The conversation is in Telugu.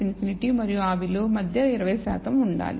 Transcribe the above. ∞ మరియు ఆ విలువ మధ్య 20 శాతం ఉండాలి